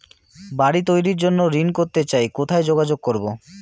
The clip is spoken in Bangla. বাড়ি তৈরির জন্য ঋণ করতে চাই কোথায় যোগাযোগ করবো?